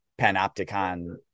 panopticon